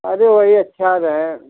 ارے وہی اچھا رہے